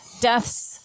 deaths